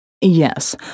Yes